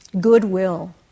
goodwill